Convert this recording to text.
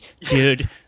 dude